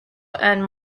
and